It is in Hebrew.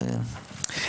נכון,